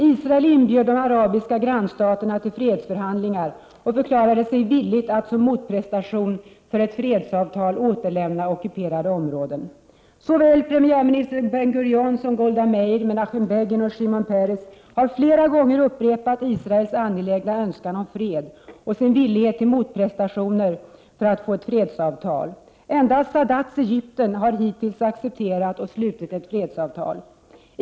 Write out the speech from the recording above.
Israel inbjöd de arabiska grannstaterna till fredsförhandlingar och förklarade sig villigt att som motprestation för ett fredsavtal återlämna ockuperade områden. Såväl premiärminister Ben Gurion som Golda Meir, Menachem Begin och Shimon Peres har flera gånger upprepat Israels angelägna önskan om fred och sin villighet till motprestationer för att få ett fredsavtal. Endast Sadats Egypten har hittills accepterat och slutit ett fredsavtal.